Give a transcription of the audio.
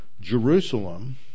Jerusalem